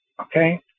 okay